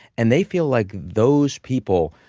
and they feel like those people,